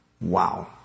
Wow